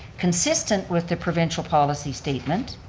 consistent with the provincial policy statement.